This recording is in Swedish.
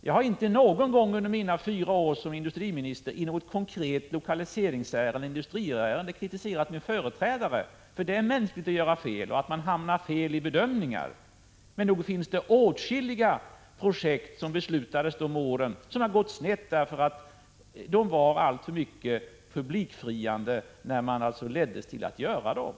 Jag har inte någon gång under mina fyra år som industriminister i något konkret lokaliseringsärende eller industriärende kritiserat min företrädare, för det är mänskligt att göra fel och hamna fel vid bedömningar. Men nog finns det åtskilliga projekt som man har fattat beslut om under dessa år som har gått snett därför att de var för publikfriande när man leddes till att besluta om dem.